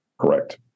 Correct